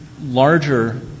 larger